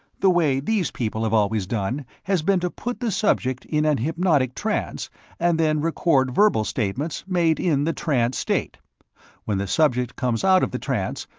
the way these people have always done has been to put the subject in an hypnotic trance and then record verbal statements made in the trance state when the subject comes out of the trance,